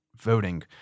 voting